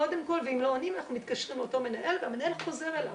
קודם כל ואם לא עונים אנחנו מתקשרים לאותו מנהל והמנהל חוזר אליו.